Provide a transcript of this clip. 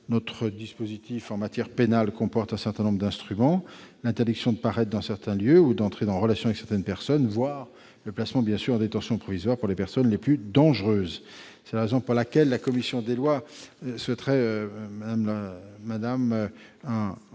le dispositif prévu en matière pénale comporte un certain nombre d'instruments : l'interdiction de paraître dans certains lieux ou d'entrer en relation avec certaines personnes, voire le placement en détention provisoire pour les personnes les plus dangereuses. C'est la raison pour laquelle la commission des lois souhaiterait, madame